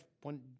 one